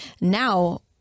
Now